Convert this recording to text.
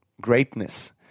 greatness